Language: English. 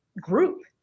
group